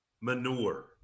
manure